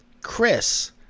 Chris